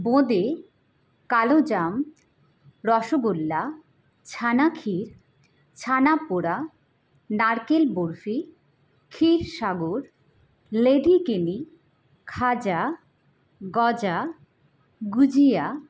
বোঁদে কালোজাম রসগোল্লা ছানা ক্ষীর ছানা পোড়া নারকেল বরফি ক্ষীর সাগর লেডিকেনি খাজা গজা গুজিয়া